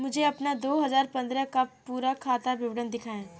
मुझे अपना दो हजार पन्द्रह का पूरा खाता विवरण दिखाएँ?